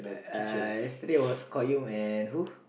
uh yesterday was Qayyum and who